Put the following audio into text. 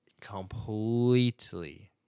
completely